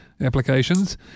applications